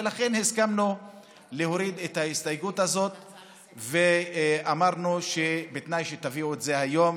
לכן הסכמנו להוריד את ההסתייגות הזאת ואמרנו שבתנאי שתביאו את זה היום,